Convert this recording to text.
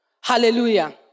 Hallelujah